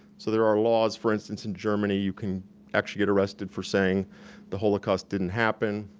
so there are laws for instance in germany you can actually get arrested for saying the holocaust didn't happen.